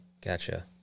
Gotcha